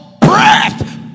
breath